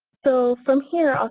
so from here,